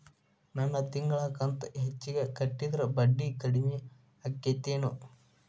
ನನ್ ತಿಂಗಳ ಕಂತ ಹೆಚ್ಚಿಗೆ ಕಟ್ಟಿದ್ರ ಬಡ್ಡಿ ಕಡಿಮಿ ಆಕ್ಕೆತೇನು?